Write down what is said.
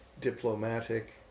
diplomatic